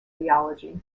theology